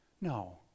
No